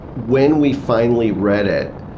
when we finally read it,